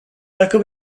dacă